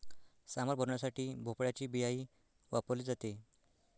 सांबार बनवण्यासाठी भोपळ्याची बियाही वापरली जाते